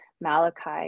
Malachi